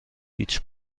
هیچ